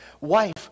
wife